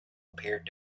appeared